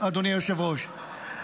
אדוני היושב-ראש.